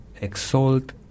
exalt